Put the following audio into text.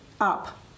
up